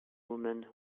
woman